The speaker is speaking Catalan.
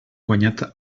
guanyat